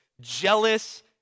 jealous